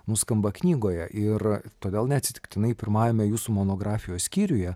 nuskamba knygoje ir todėl neatsitiktinai pirmajame jūsų monografijos skyriuje